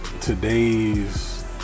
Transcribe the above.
today's